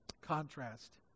Contrast